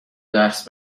درس